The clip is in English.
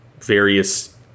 various